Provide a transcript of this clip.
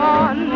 on